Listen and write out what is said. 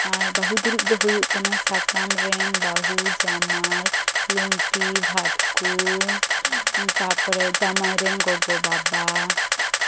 ᱟᱨ ᱵᱟᱹᱦᱩ ᱫᱩᱲᱩᱵ ᱫᱚ ᱦᱩᱭᱩᱜ ᱠᱟᱱᱟ ᱥᱟᱠᱟᱢ ᱨᱮᱱ ᱵᱟᱹᱦᱩ ᱡᱟᱶᱟᱭ ᱞᱩᱝᱛᱤ ᱵᱷᱟᱴᱠᱩ ᱛᱟᱨᱯᱚᱨᱮ ᱡᱟᱶᱟᱭ ᱨᱮᱱ ᱜᱚᱜᱚ ᱵᱟᱵᱟ